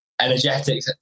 energetic